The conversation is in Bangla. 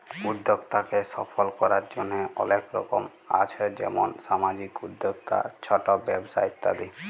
উদ্যক্তাকে সফল করার জন্হে অলেক রকম আছ যেমন সামাজিক উদ্যক্তা, ছট ব্যবসা ইত্যাদি